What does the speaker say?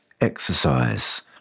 exercise